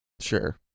Sure